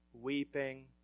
Weeping